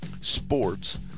sports